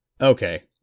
Okay